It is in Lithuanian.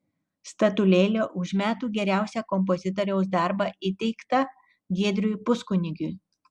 statulėlė už metų geriausią kompozitoriaus darbą įteikta giedriui puskunigiui